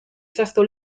sesto